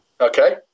Okay